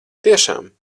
tiešām